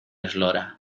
eslora